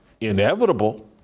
inevitable